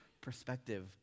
perspective